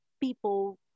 people